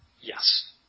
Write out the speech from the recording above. Yes